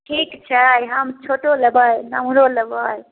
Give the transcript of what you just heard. ठीक छै हम छोटो लेबै नम्हरो लेबै